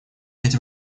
эти